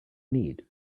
need